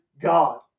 god